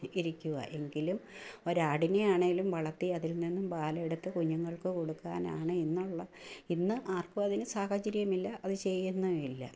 ഇരിക്കുവാണ് എങ്കിലും ഒരു ആടിനെ ആണെങ്കിലും വളർത്തി അതിൽ നിന്നും പാലെടുത്തു കുഞ്ഞുങ്ങൾക്കു കൊടുക്കാനാണ് ഇന്നുള്ള ഇന്ന് ആർക്കും അതിനുള്ള സാഹചര്യമില്ല അതു ചെയ്യുന്നുമില്ലാ